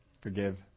Forgive